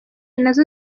nazo